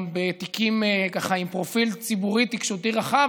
בתיקים עם פרופיל ציבורי ותקשורתי רחב,